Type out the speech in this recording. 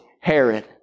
Herod